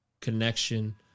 connection